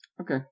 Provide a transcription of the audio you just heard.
okay